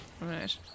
Right